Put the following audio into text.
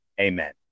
Amen